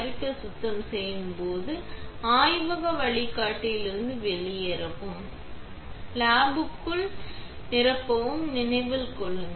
நீங்கள் சுத்தம் செய்யப்படும் போது ஆய்வக வழிகாட்டியிலிருந்து வெளியேறவும் லோக்புக்கில் நிரப்பவும் நினைவில் கொள்ளுங்கள்